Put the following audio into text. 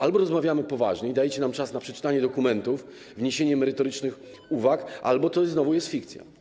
Albo rozmawiamy poważnie, dajecie nam czas na przeczytanie dokumentów i wniesienie merytorycznych uwag, albo to znowu jest fikcja.